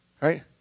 right